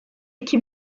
iki